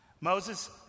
Moses